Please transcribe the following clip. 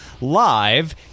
live